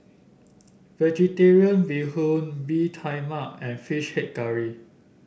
vegetarian Bee Hoon Bee Tai Mak and fish head curry